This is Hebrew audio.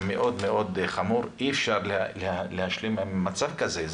זה מאוד-מאוד חמור ואי אפשר להשלים עם מצב כזה.